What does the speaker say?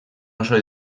oso